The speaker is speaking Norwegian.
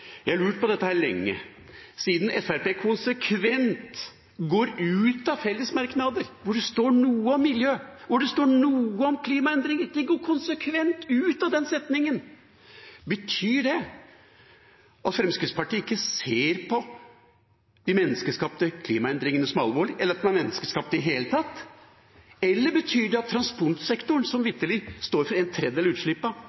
jeg har lurt på lenge. Fremskrittspartiet går konsekvent ut av fellesmerknader hvor det står noe om miljø, hvor det står noe om klimaendringer. De går konsekvent ut av den setningen. Betyr det at Fremskrittspartiet ikke ser på de menneskeskapte klimaendringene som alvorlige, eller at de i det hele tatt er menneskeskapt? Eller betyr det at transportsektoren, som